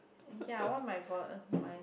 ya one my vote my